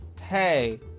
hey